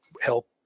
help